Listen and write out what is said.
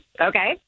Okay